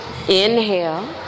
Inhale